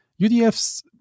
UDFs